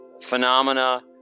phenomena